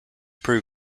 prove